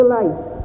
life